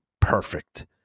perfect